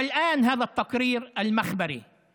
וכרגע גם דוח המעבדה הזה.